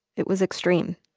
it was extreme,